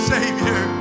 Savior